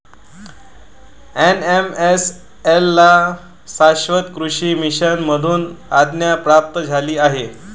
NMSA ला शाश्वत कृषी मिशन मधून आज्ञा प्राप्त झाली आहे